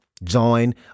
Join